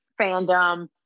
fandom